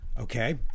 Okay